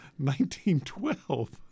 1912